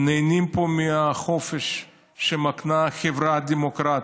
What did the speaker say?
נהנים פה מהחופש שמקנה החברה הדמוקרטית,